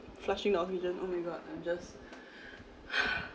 flushing the oxygen oh my god I'm just